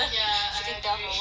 from what I'm saying